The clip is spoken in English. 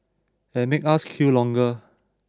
and make us queue longer